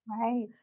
Right